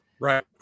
Right